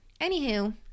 anywho